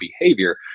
behavior